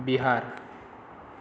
Bihar